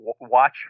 watch